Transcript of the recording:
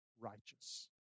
righteous